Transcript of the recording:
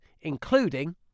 including